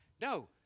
No